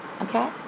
okay